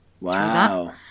wow